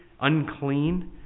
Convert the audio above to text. unclean